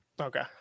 Okay